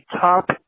top